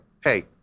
Hey